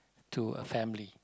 to a family